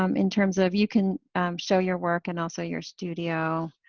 um in terms of you can show your work and also your studio.